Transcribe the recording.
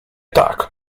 tak